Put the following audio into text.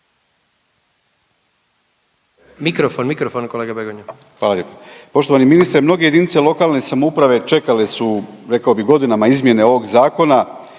Mikrofon, mikrofon kolega Begonja./… Hvala lijepo. Poštovani ministre, mnoge jedinice lokalne samouprave čekale su rekao bi godinama izmjene ovog zakona